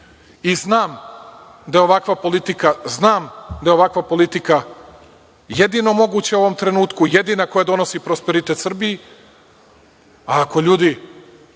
da je ovakva politika jedina moguća u ovom trenutku, jedina koja donosi prosperitet Srbiji, a ako ljudi